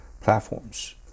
platforms